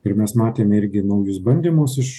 ir mes matėm irgi naujus bandymus iš